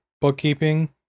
bookkeeping